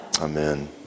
Amen